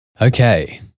Okay